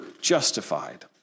justified